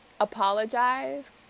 apologize